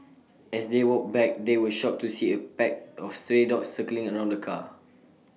as they walked back they were shocked to see A pack of stray dogs circling around the car